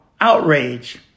outrage